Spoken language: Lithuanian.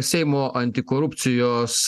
seimo antikorupcijos